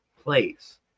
place